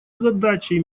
задачей